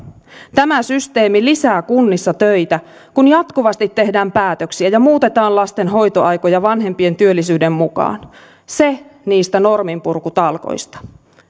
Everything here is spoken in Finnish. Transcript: tämä systeemi lisää kunnissa töitä kun jatkuvasti tehdään päätöksiä ja muutetaan lasten hoitoaikoja vanhempien työllisyyden mukaan se niistä norminpurkutalkoista